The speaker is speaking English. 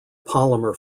polymer